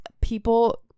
people